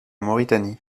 mauritanie